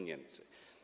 Niemcy.